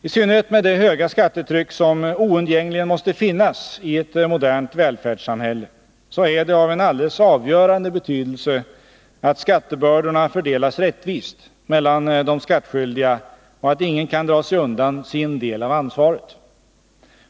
I synnerhet med det höga skattetryck som oundgängligen måste finnas i ett modernt välfärdssamhälle är det av en alldeles avgörande betydelse att skattebördorna fördelas rättvist mellan de skattskyldiga och att ingen kan dra sig undan sin del av ansvaret.